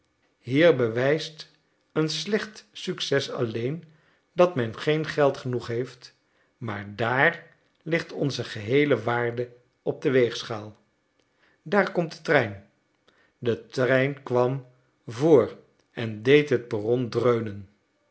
hier bewijst een slecht succes alleen dat men geen geld genoeg heeft maar dààr ligt onze geheele waarde op de weegschaal daar komt de trein de trein kwam voor en deed het perron dreunen